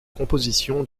composition